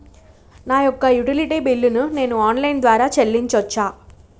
నా యొక్క utility bill ను నేను ఆన్ లైన్ ద్వారా చెల్లించొచ్చా?